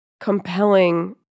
compelling